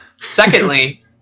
Secondly